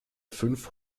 fünf